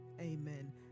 amen